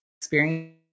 experience